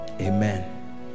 Amen